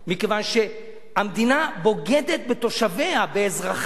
מכיוון שהמדינה בוגדת בתושביה, באזרחיה.